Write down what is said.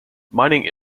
mining